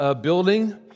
building